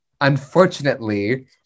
unfortunately